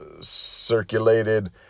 circulated